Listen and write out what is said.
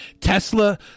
Tesla